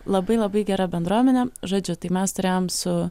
labai labai gera bendruomenė žodžiu tai mes turėjom su